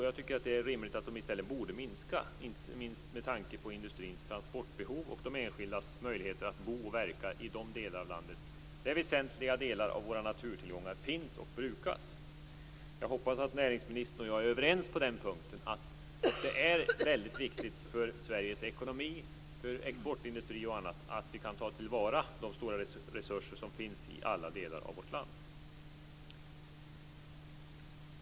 Jag tycker att det är rimligt att de i stället borde minska, inte minst med tanke på industrins transportbehov och de enskildas möjligheter att bo och verka i de delar av landet där väsentliga delar av våra naturtillgångar finns och brukas. Jag hoppas att näringsministern och jag är överens på den punkten; att det är väldigt viktigt för Sveriges ekonomi, för exportindustri och annat, att vi kan ta vara på de stora resurser som finns i alla delar av vårt land.